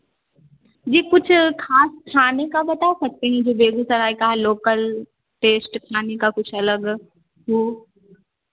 जी कुछ खास खाने का बता सकते हैं जो बेगूसराय का है लोकल टेस्ट खाने का कुछ अलग हो